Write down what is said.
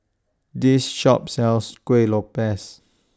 This Shop sells Kueh Lopes